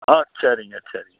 ஆ சரிங்க சரி